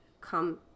come